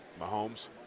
Mahomes